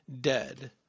dead